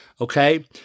okay